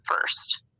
first